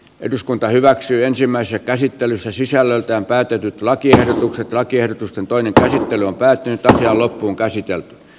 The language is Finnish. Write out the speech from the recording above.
eduskunta hyväksyi ensimmäisessä käsittelyssä sisällöltään päätetyt lakiehdotukset lakiehdotusten toinen käsittely on päättynyt ja loppuunkäsitelty